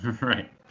Right